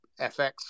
FX